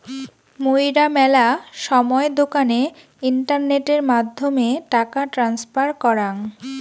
মুইরা মেলা সময় দোকানে ইন্টারনেটের মাধ্যমে টাকা ট্রান্সফার করাং